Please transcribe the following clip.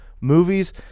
movies